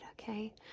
Okay